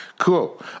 Cool